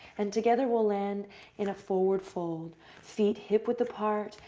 and together, we'll land in a forward fold feel hip-width apart,